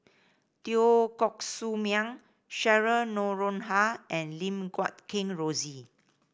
Teo Koh Sock Miang Cheryl Noronha and Lim Guat Kheng Rosie